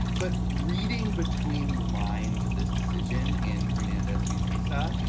but reading between the lines of this decision in hernandez v. mesa,